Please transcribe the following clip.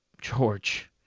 George